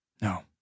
No